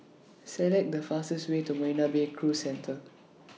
Select The fastest Way to Marina Bay Cruise Centre